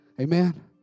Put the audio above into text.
Amen